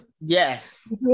Yes